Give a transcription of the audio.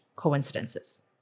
coincidences